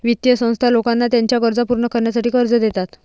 वित्तीय संस्था लोकांना त्यांच्या गरजा पूर्ण करण्यासाठी कर्ज देतात